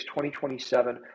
2027